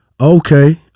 Okay